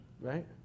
right